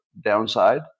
downside